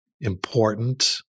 important